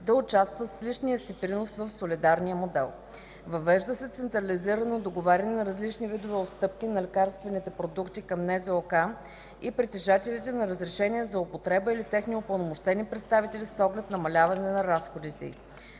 да участват с личния си принос в солидарния модел. Въвежда се централизирано договаряне на различни видове отстъпки на лекарствените продукти между НЗОК и притежателите на разрешение за употреба или техни упълномощени представители с оглед намаляване на разходите й.